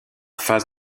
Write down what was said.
face